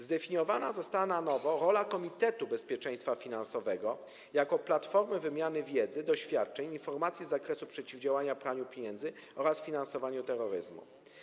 Zdefiniowana została na nowo rola komitetu bezpieczeństwa finansowego jako platformy wymiany wiedzy, doświadczeń, informacji z zakresu przeciwdziałania praniu pieniędzy oraz finansowaniu terroryzmu.